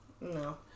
No